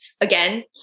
again